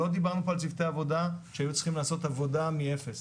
לא דיברנו פה על צוותי עבודה שהיו צריכים לעשות עבודה מאפס.